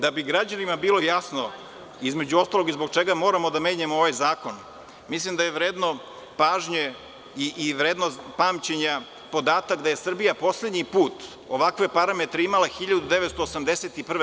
Da bi građanima bilo jasno, između ostalog i zbog čega moramo da menjamo ovaj zakon, mislim da je vredno pažnje i vredno pamćenja podatak da je Srbija poslednji put ovakve parametre imala 1981. godine.